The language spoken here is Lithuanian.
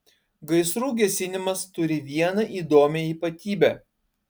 gaisrų gesinimas turi vieną įdomią ypatybę